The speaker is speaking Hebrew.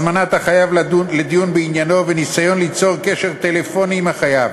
הזמנת החייב לדיון בעניינו וניסיון ליצור קשר טלפוני עם החייב.